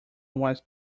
was